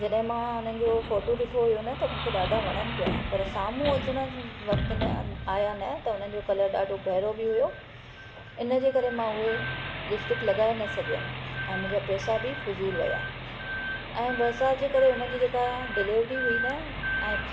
जॾहिं मां उन्हनि जो फ़ोटो ॾिठो हुओ न त मूंखे ॾाढा वणनि पिया पर साम्हूं अचण वक़्ति न आया न त उन्हनि जो कलर ॾाढो गहरो बि हुओ इनजे करे मां उहे लिपिस्टिक लॻाए न सघियमि ऐं मुंहिंजा पैसा बि फिज़ूल विया ऐं बरसाति जे करे उनजी जेका डिलीवरी हुई न ऐं